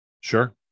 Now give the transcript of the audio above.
Sure